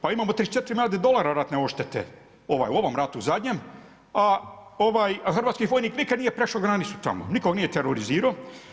Pa imamo 34 milijarde dolara ratne odštete u ovom ratu zadnjem, a hrvatski vojnik nikad nije prešao granicu tamo, nikog nije terorizirao.